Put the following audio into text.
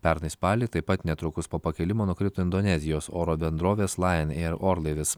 pernai spalį taip pat netrukus po pakilimo nukrito indonezijos oro bendrovės lajon ier orlaivis